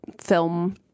film